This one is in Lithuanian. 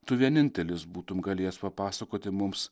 tu vienintelis būtum galėjęs papasakoti mums